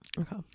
Okay